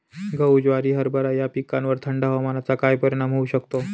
गहू, ज्वारी, हरभरा या पिकांवर थंड हवामानाचा काय परिणाम होऊ शकतो?